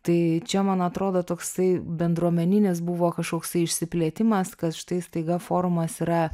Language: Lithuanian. tai čia man atrodo toksai bendruomeninis buvo kažkoksai išsiplėtimas kad štai staiga forumas yra